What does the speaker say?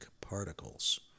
particles